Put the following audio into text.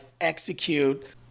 execute